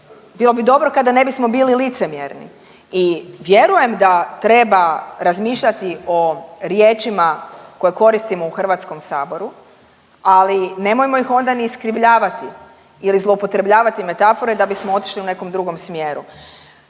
bilo bi dobro kada ne bismo bili licemjerni. I vjerujem da treba razmišljati o riječima koje koristimo u Hrvatskom saboru, ali nemojmo ih onda ni iskrivljavati ili zloupotrebljavati metafore da bismo otišli u nekom drugom smjeru.